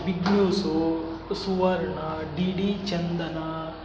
big news Suvarna D D Chandana